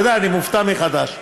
אני מופתע מחדש.